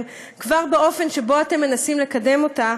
כבר באופן שבו אתם מנסים לקדם אותה,